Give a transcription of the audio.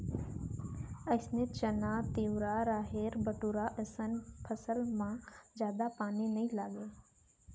अइसने चना, तिंवरा, राहेर, बटूरा असन फसल म जादा पानी नइ लागय